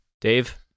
Dave